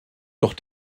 doch